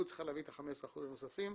צריכה להביא את 15% האחוזים הנוספים.